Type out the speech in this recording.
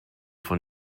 von